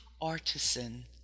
artisan